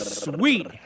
sweet